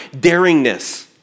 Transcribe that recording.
daringness